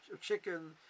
chicken